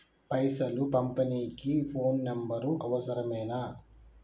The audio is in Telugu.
పైసలు పంపనీకి ఫోను నంబరు అవసరమేనా?